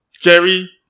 Jerry